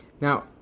Now